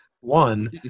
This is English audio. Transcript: one